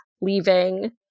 leaving